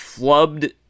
flubbed